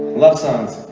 love songs